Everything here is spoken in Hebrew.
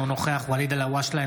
אינו נוכח ואליד אלהואשלה,